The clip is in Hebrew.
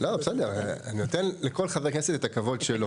אני נותן לכל חבר כנסת את הכבוד שלו.